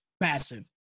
massive